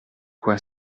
quoi